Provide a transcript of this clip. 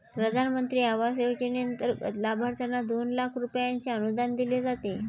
प्रधानमंत्री आवास योजनेंतर्गत लाभार्थ्यांना दोन लाख रुपयांचे अनुदान दिले जाते